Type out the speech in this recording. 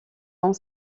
long